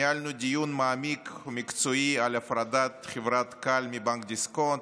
ניהלנו דיון מעמיק ומקצועי על הפרדת חברת כאל מבנק דיסקונט,